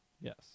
yes